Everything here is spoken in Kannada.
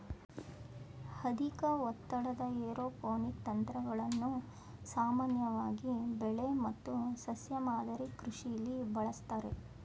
ಅಧಿಕ ಒತ್ತಡದ ಏರೋಪೋನಿಕ್ ತಂತ್ರಗಳನ್ನು ಸಾಮಾನ್ಯವಾಗಿ ಬೆಳೆ ಮತ್ತು ಸಸ್ಯ ಮಾದರಿ ಕೃಷಿಲಿ ಬಳಸ್ತಾರೆ